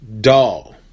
doll